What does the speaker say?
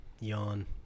Yawn